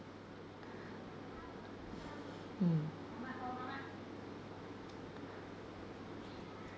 mm